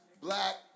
black